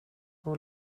hoe